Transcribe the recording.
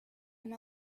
and